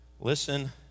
Listen